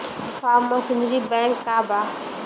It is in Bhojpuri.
फार्म मशीनरी बैंक का बा?